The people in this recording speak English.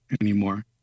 anymore